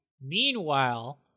Meanwhile